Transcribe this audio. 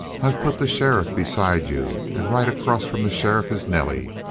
i've put the sheriff beside you, and right across from the sheriff is nelly.